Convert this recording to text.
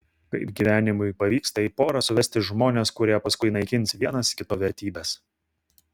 kaip gyvenimui pavyksta į porą suvesti žmones kurie paskui naikins vienas kito vertybes